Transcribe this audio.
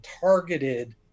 targeted